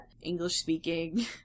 English-speaking